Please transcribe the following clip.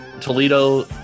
Toledo